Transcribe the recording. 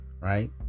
right